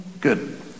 Good